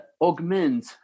augment